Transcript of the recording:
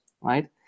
right